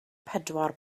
pedwar